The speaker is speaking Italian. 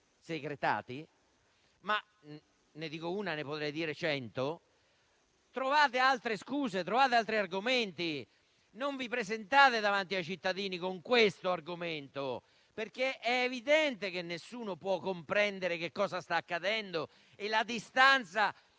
secretati? Ne dico una, ma ne potrei dire cento. Trovate altre scuse, trovate altri argomenti. Non vi presentate davanti ai cittadini con questo argomento, perché è evidente che nessuno può comprendere che cosa sta accadendo e la distanza